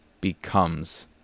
becomes